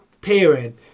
parent